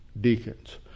deacons